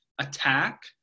Attack